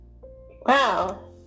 Wow